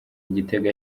igitego